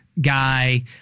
guy